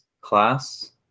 class